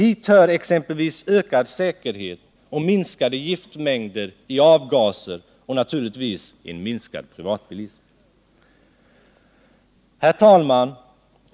Hit hör exempelvis ökad säkerhet och minskade giftmängder i avgaser och naturligtvis en minskad privatbilism. Herr talman!